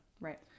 right